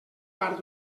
part